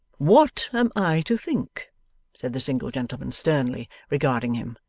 what am i to think said the single gentleman, sternly regarding him,